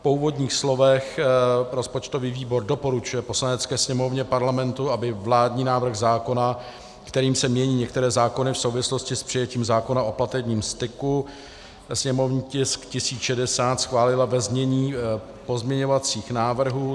Po úvodních slovech rozpočtový výbor doporučuje Poslanecké sněmovně Parlamentu, aby vládní návrh zákona, kterým se mění některé zákony v souvislosti s přijetím zákona o platebním styku, sněmovní tisk 1060, schválila ve znění pozměňovacích návrhů.